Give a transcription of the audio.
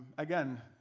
again,